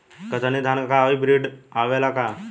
कतरनी धान क hybrid बिया आवेला का?